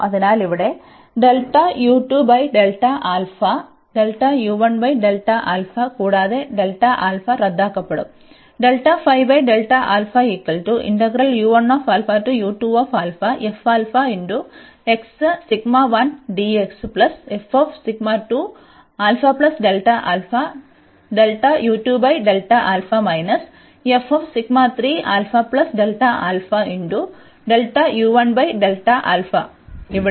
അതിനാൽ ഇവിടെ കൂടാതെ റദ്ദാക്കപ്പെടും ഇവിടെ